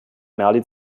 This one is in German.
merlin